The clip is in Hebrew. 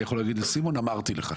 אני יכול להגיד לסימון: אמרתי לך.